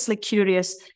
curious